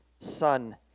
son